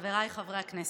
חבריי חברי הכנסת,